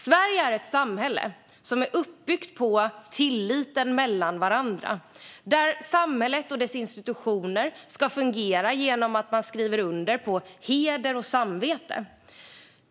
Sverige är ett samhälle som är uppbyggt på tilliten mellan människor, där samhället och dess institutioner ska fungera genom att man skriver under på heder och samvete.